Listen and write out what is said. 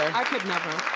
i could never.